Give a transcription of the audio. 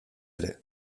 ere